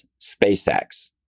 SpaceX